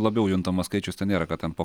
labiau juntamas skaičius ten nėra kad ten po